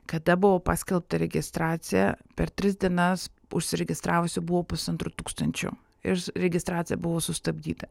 kada buvo paskelbta registracija per tris dienas užsiregistravusių buvo pusantro tūkstančio ir registracija buvo sustabdyta